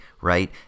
right